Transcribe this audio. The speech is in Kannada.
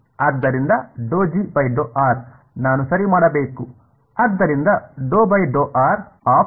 ಆದ್ದರಿಂದ ನಾನು ಸರಿ ಮಾಡಬೇಕು